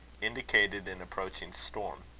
indicated an approaching storm.